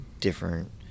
different